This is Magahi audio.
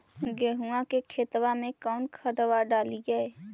गेहुआ के खेतवा में कौन खदबा डालिए?